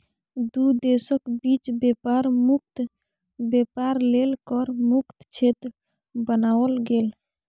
दू देशक बीच बेपार मुक्त बेपार लेल कर मुक्त क्षेत्र बनाओल गेल